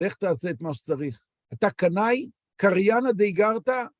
איך אתה עושה את מה שצריך? אתה קנאי? קריינא דאיגרתא?